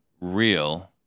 real